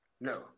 No